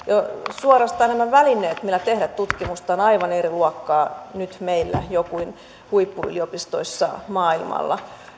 suorastaan nämä välineet millä tehdä tutkimusta ovat nyt jo aivan eri luokkaa meillä kuin huippuyliopistoissa maailmalla